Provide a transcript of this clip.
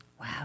Wow